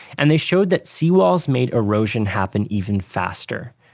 and they showed that seawalls made erosion happen even faster.